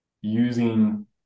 using